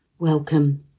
Welcome